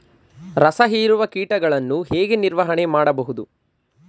ರಸ ಹೀರುವ ಕೀಟಗಳನ್ನು ಹೇಗೆ ನಿರ್ವಹಣೆ ಮಾಡಬಹುದು?